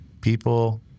people